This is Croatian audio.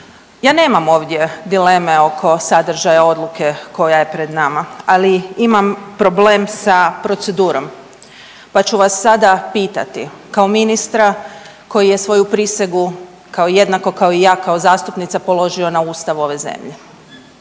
ja nemam ovdje dileme oko sadržaja odluke koja je pred nama, ali imam problem sa procedurom pa ću vas sada pitati kao ministra koji je svoju prisegu kao jednako kao i ja kao zastupnica položio na Ustav ove zemlje.